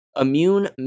immune